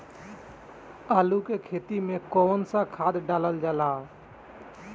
आलू के खेती में कवन सा खाद डालल जाला?